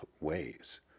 ways